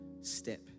step